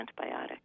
antibiotic